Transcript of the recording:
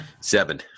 Seven